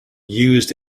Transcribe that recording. used